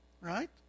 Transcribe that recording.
right